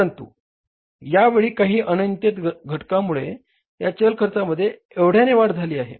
परंतु यावेळी काही अनियंत्रित घटकांमुळे या चल खर्चामध्ये एवढ्याने वाढ झाली आहे